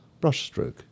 brushstroke